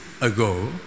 ago